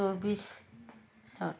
চৌবিছত